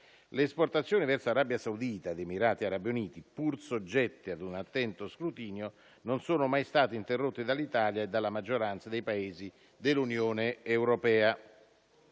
Le esportazioni verso l'Arabia Saudita e gli Emirati Arabi Uniti, pur soggette a un attento scrutinio, non sono mai state interrotte dall'Italia e dalla maggioranza dei Paesi dell'Unione europea.